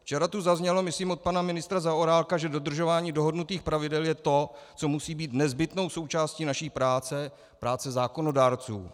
Včera tu zaznělo, myslím od pana ministra Zaorálka, že dodržování dohodnutých pravidel je to, co musí být nezbytnou součástí naší práce, práce zákonodárců.